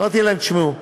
אמרתי להם: תשמעו,